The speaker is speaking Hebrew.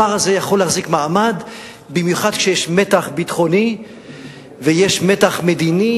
הפער הזה יכול להחזיק מעמד במיוחד כשיש מתח ביטחוני ויש מתח מדיני,